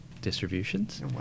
distributions